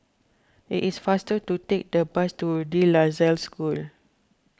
it is faster to take the bus to De La Salle School